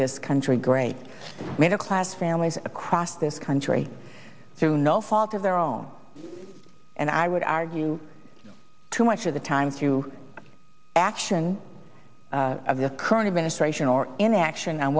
this country great middle class families across this country no fault of their own and i would argue too much of the time to action of the current administration or inaction